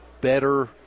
better